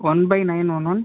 one by nine one one